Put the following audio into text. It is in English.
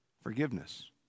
forgiveness